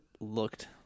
looked